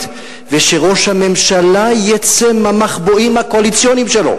ושראש הממשלה יצא מהמחבואים הקואליציוניים שלו